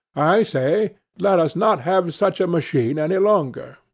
i say, let us not have such a machine any longer.